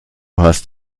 hast